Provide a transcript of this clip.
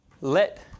let